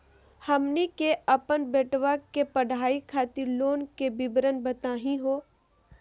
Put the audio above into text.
हमनी के अपन बेटवा के पढाई खातीर लोन के विवरण बताही हो?